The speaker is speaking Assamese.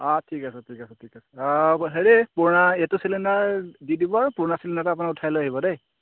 অঁ ঠিক আছে ঠিক আছে ঠিক আছে অঁ হেৰি পুৰণা এইটো চিলিণ্ডাৰ দি দিব আৰু পুৰণা চিলিণ্ডাৰটো আপোনাক উঠাই লৈ আহিব দেই